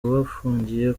bafungiye